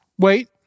Wait